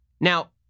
Now